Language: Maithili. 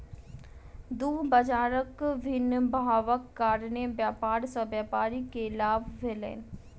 दू बजारक भिन्न भावक कारणेँ व्यापार सॅ व्यापारी के लाभ भेलैन